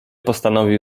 postanowił